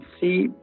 see